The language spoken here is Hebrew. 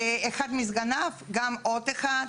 "אחד מסגניו", גם עוד אחד.